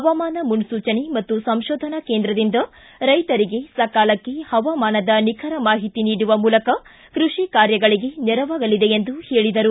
ಹವಾಮಾನ ಮುನ್ಲೂಚನೆ ಮತ್ತು ಸಂಶೋಧನಾ ಕೇಂದ್ರದಿಂದ ರೈತರಿಗೆ ಸಕಾಲಕ್ಕೆ ಹವಾಮಾನದ ನಿಖರ ಮಾಹಿತಿ ನೀಡುವ ಮೂಲಕ ಕೃಷಿ ಕಾರ್ಯಗಳಿಗೆ ನೆರವಾಗಲಿದೆ ಎಂದು ಹೇಳಿದರು